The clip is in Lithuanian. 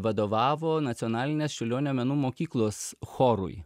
vadovavo nacionalinės čiurlionio menų mokyklos chorui